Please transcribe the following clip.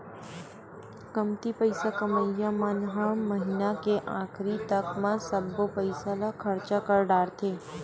कमती पइसा कमइया मन ह महिना के आखरी तक म सब्बो पइसा ल खरचा कर डारथे